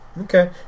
Okay